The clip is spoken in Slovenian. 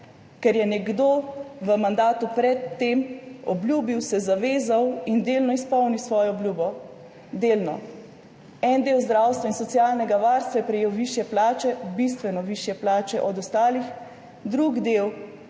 Ker je nekdo v mandatu pred tem obljubil, se zavezal in delno izpolnil svojo obljubo. Delno. En del zdravstva in socialnega varstva je prejel višje plače, bistveno višje plače od ostalih,